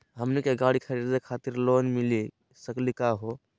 हमनी के गाड़ी खरीदै खातिर लोन मिली सकली का हो?